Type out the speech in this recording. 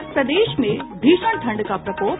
और प्रदेश में भीषण ठंड का प्रकोप